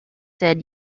dead